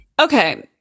Okay